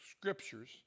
scriptures